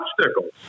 obstacles